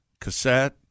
cassette